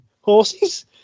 horses